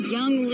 Young